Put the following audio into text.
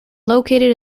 located